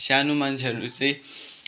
सानो मान्छेहरू चाहिँ